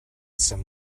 some